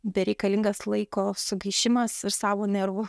bereikalingas laiko sugaišimas ir savo nervų